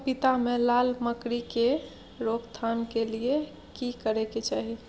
पपीता मे लाल मकरी के रोक थाम के लिये की करै के चाही?